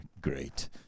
great